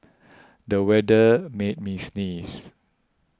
the weather made me sneeze